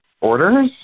orders